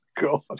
God